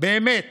באמת